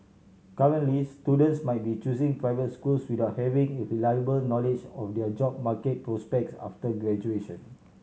currently students might be choosing private schools without having a reliable knowledge of their job market prospects after graduation